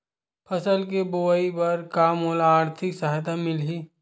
फसल के बोआई बर का मोला आर्थिक सहायता मिलही?